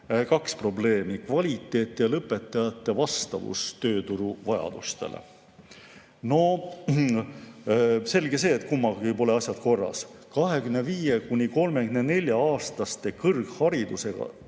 kaks probleemi: kvaliteet ja lõpetajate vastavus tööturu vajadustele. Selge see, et kummagagi pole asjad korras. 25–34‑aastaste kõrgharidusega